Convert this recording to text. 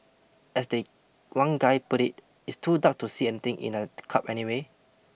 as the one guy put it it's too dark to see anything in a club anyway